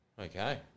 Okay